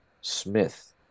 Smith